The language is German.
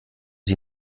sie